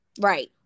Right